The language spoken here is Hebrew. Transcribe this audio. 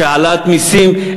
של העלאת מסים.